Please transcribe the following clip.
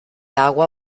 agua